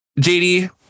JD